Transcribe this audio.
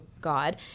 God